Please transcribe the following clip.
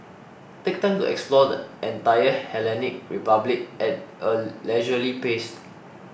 take time to explore the entire Hellenic Republic at a leisurely pace